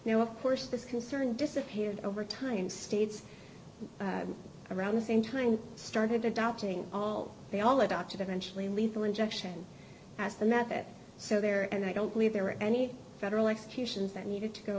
now of course this concern disappeared over time states around the same time started adopting all the all adopted eventually lethal injection as the method so there and i don't believe there were any federal executions that needed to go